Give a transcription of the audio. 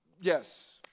Yes